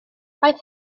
faint